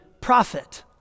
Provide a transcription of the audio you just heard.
prophet